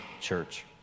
church